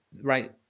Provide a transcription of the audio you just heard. right